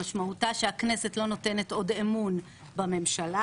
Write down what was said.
משמעותה שהכנסת לא נותנת עוד אמון בממשלה,